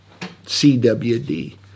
CWD